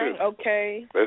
okay